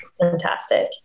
Fantastic